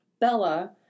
Bella